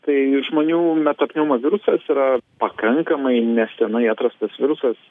tai žmonių metapneumovirusas yra pakankamai nesenai atrastas virusas